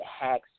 hacks